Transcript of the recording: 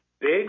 big